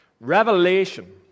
Revelation